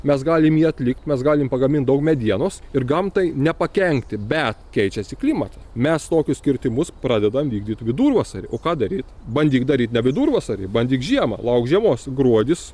mes galim jį atlikt mes galim pagamint daug medienos ir gamtai nepakenkti bet keičiasi klimatas mes tokius kirtimus pradedam vykdyt vidurvasarį o ką daryt bandyk daryt ne vidurvasarį bandyk žiemą lauk žiemos gruodis